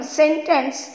sentence